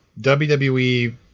WWE